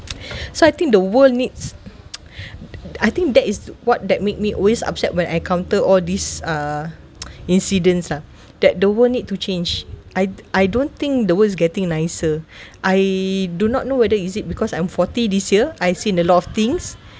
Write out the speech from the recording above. so I think the world needs I think that is what that make me always upset when I counter all this uh incidents lah that the world need to change I I don't think the world's getting nicer I do not know whether is it because I'm forty this year I seen a lot of things